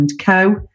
Co